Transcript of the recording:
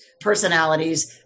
personalities